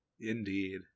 Indeed